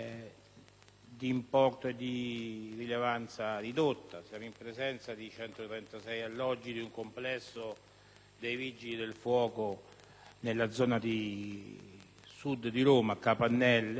questione è di rilevanza ridotta: siamo in presenza di 136 alloggi di un complesso dei Vigili del fuoco nella zona Sud di Roma, Capannelle.